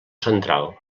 central